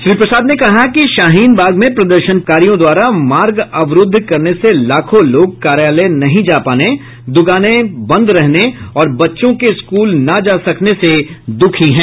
श्री प्रसाद ने कहा कि शाहीन बाग में प्रदर्शनकारियों द्वारा मार्ग अवरूद्ध करने से लाखों लोग कार्यालय नहीं जा पाने द्रकानें बंद रहने और बच्चों के स्कूल न जा सकने से दुःखी हैं